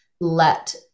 let